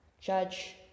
judge